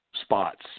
spots